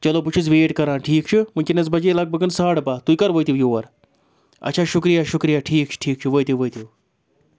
چلو بہٕ چھُس ویٹ کران ٹھیٖک چھُ وٕنۍکٮ۪نس بَجے لگ بگ ساڑٕ بَہہ تُہۍ کر وٲتِو یور اچھا شُکریہ شُکریہ ٹھیٖک چھُ ٹھیٖک چھُ وٲتِو وٲتِو